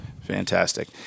Fantastic